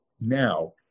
now